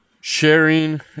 sharing